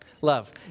Love